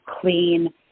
clean